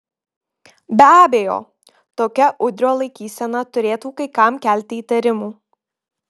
be abejo tokia udrio laikysena turėtų kai kam kelti įtarimų